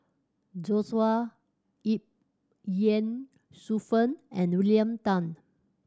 Joshua Ip Ye Shufang and William Tan